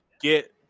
get